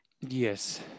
yes